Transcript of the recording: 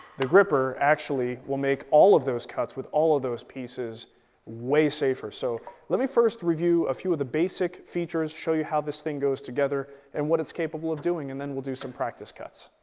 the grr-ripper actually will make all of those cuts with all of those pieces way safer. so let me first review a few of the basic features, show you how this thing goes together, and what it's capable of doing and then we'll do some practice cuts.